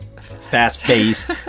fast-paced